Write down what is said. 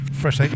fresh